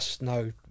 no